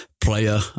player